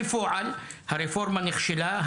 בפועל הרפורמה נכשלה.